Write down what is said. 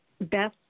Beth